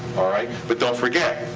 all right? but don't forget,